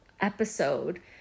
episode